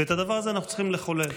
ואת הדבר הזה אנחנו צריכים לחולל.